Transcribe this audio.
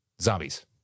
zombies